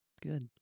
Good